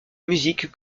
musique